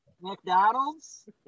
McDonald's